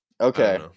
Okay